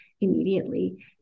immediately